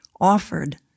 Offered